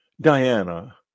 Diana